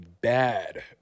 bad